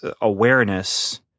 awareness